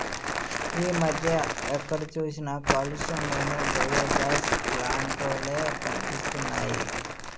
ఈ మధ్య ఎక్కడ చూసినా కాలుష్యం లేని బయోగాస్ ప్లాంట్ లే కనిపిస్తున్నాయ్